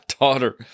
daughter